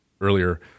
earlier